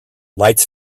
lights